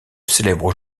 célèbre